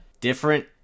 different